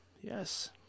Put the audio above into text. Yes